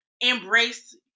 embrace